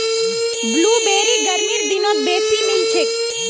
blueberry गर्मीर दिनत बेसी मिलछेक